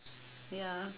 ya